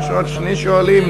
יש עוד שני שואלים.